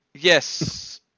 Yes